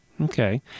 Okay